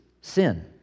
sin